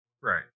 Right